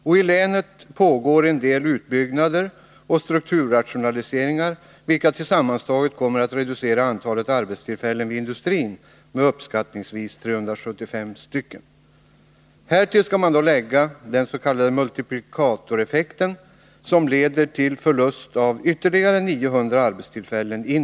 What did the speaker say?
I länet pågår en del utbyggnader och strukturrationaliseringar, vilka tillsammans kommer att reducera antalet arbetstillfällen vid industrin med uppskattningsvis 375. Härtill skall läggas den s.k. multiplikatoreffekten, som indirekt leder till förlust av ytterligare 900 arbetstillfällen.